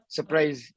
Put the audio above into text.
Surprise